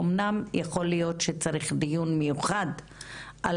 אומנם יכול להיות שצריך דיון מיוחד על